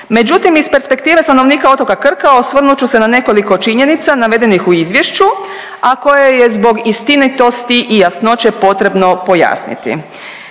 Međutim iz perspektive stanovnika otoka Krka osvrnut ću se na nekoliko činjenica navedenih u izvješću, a koje je zbog istinitosti i jasnoće potrebno pojasniti.